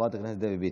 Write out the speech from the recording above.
חברת הכנסת דבי ביטון.